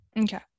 okay